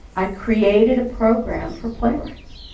i created a program for playwrights.